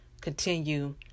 Continue